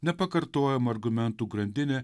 nepakartojama argumentų grandinė